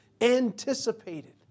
anticipated